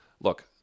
look